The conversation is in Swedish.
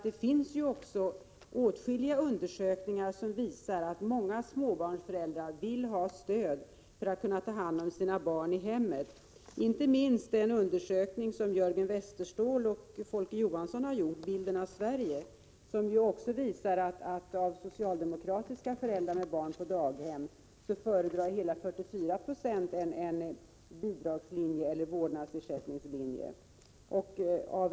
Det finns ju åtskilliga undersökningar som visar att många småbarnsföräldrar vill ha ett stöd för att kunna ta hand om sina barn i hemmet, inte minst den undersökning som Jörgen Westerståhl och Folke Johansson har gjort, Bilden av Sverige. Den visar att av socialdemokratiska föräldrar med barn på daghem skulle hela 44 96 föredra någon form av bidrag eller vårdnadsersättning.